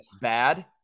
bad